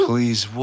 Please